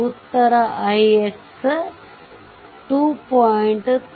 Uttara ix 2